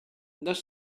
does